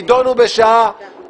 יידונו בשעה